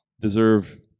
Deserve